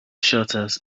shutters